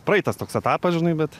praeitas toks etapas žinai bet